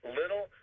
little